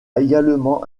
également